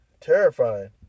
terrifying